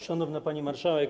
Szanowna Pani Marszałek!